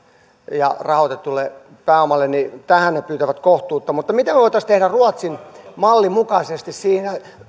ja rahoitetulle pääomalle ja tähän ne pyytävät kohtuutta mutta mitä me voisimme tehdä ruotsin mallin mukaisesti siinä